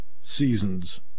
seasons